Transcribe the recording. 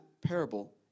parable